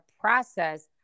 process